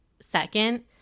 second